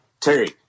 Terry